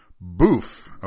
Boof